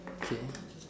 okay